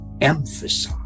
emphasize